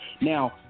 Now